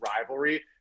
rivalry